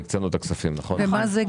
נכון.